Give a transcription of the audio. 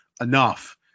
enough